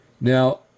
now